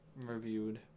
reviewed